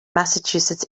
massachusetts